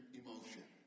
emotion